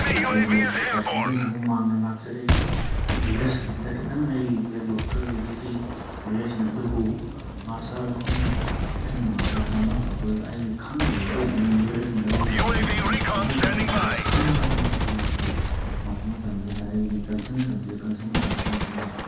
ꯑꯗꯨꯝ ꯑꯩꯒꯤ ꯄꯥꯔꯁꯦꯟꯇꯦꯖ ꯑꯗꯨꯝ ꯋꯥꯡꯅ ꯂꯥꯛꯆꯔꯛꯏ ꯒ꯭ꯔꯦꯖꯨꯑꯦꯁꯟꯁꯤꯗ ꯈꯤꯇꯪ ꯑꯩ ꯕꯦꯛ ꯂꯣꯛ ꯈꯔ ꯂꯩꯖꯈꯤ ꯒ꯭ꯔꯦꯖꯨꯑꯦꯁꯟ ꯑꯗꯨꯕꯨ ꯃꯥꯁꯇꯔ ꯑꯩꯈꯣꯏꯅ ꯑꯩꯅ ꯃꯥꯁꯇꯔ ꯇꯝꯕ ꯍꯧꯔꯛꯄꯗꯨꯗ ꯑꯩ ꯈꯪꯗꯕ ꯒ꯭ꯔꯦꯖꯨꯑꯦꯁꯟꯗ ꯂꯩꯍꯧꯕ ꯈꯪꯍꯧꯗꯕ ꯅꯣꯂꯦꯖ ꯃꯌꯥꯝ ꯑꯃ ꯑꯩꯅ ꯃꯥꯁꯇꯔ ꯇꯝꯂꯛꯄ ꯃꯇꯝꯁꯤꯗ ꯑꯩꯒꯤ ꯀꯟꯁꯔꯟ ꯁꯕꯖꯦꯛ ꯀꯟꯁꯔꯟ ꯑꯣꯖꯥꯁꯤꯡꯁꯤꯒ